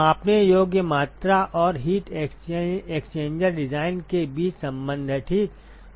मापने योग्य मात्रा और हीट एक्सचेंजर डिजाइन के बीच संबंध है ठीक